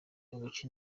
uguca